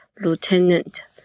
Lieutenant